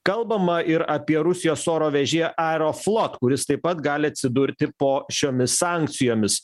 kalbama ir apie rusijos oro vežėją aeroflot kuris taip pat gali atsidurti po šiomis sankcijomis